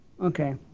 Okay